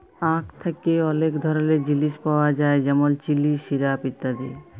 আখ থ্যাকে অলেক ধরলের জিলিস পাওয়া যায় যেমল চিলি, সিরাপ ইত্যাদি